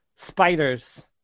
Spiders